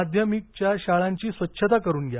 माध्यमिकच्या शाळांची स्वच्छता करून घ्या